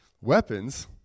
weapons